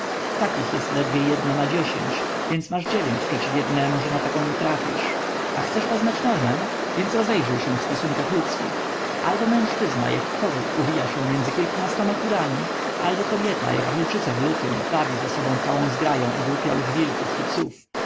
takich jest ledwie jedna na dziesięć więc masz dziewięć przeciw jednemu że na taką nie trafisz a chcesz poznać normę więc rozejrzyj się w stosunkach ludzkich albo mężczyzna jak kogut uwija się między kilkunastoma kurami albo kobieta jak wilczyca w lutym wabi za sobą całą zgraję ogłupiałych wilków czy psów